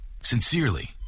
Sincerely